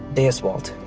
deus vult!